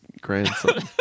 grandson